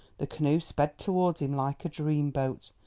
the canoe sped towards him like a dream boat,